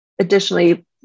additionally